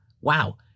Wow